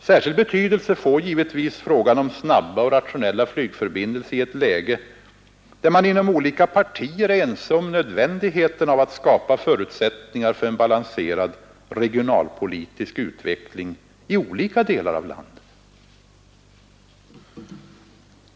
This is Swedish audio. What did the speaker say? Särskild betydelse får givetvis frågan om snabba och rationella flygförbindelser i ett läge där man inom olika partier är överens om nödvändigheten av att skapa förutsättningar för en balanserad regionalpolitisk utveckling i olika delar av landet.